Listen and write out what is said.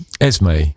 esme